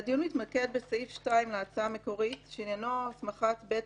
"הדיון מתמקד בסעיף 2 להצעה המקורית שעניינו: הסמכת בית